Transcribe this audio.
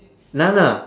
nana